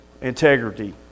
integrity